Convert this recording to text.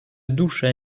dusze